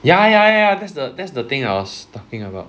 ya ya ya that's the that's the thing I was talking about